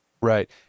Right